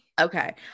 Okay